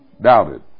doubted